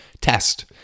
test